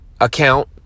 Account